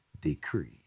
decree